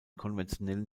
konventionellen